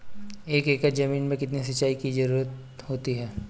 एक एकड़ ज़मीन में कितनी सिंचाई की ज़रुरत होती है?